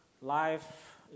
life